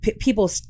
People